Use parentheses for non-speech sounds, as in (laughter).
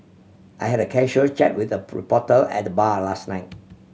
I had a casual chat with a (unintelligible) reporter at the bar last night